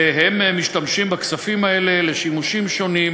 והם משתמשים בכספים האלה לשימושים שונים,